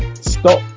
stop